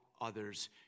others